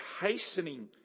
hastening